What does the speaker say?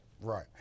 Right